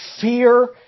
fear